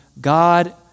God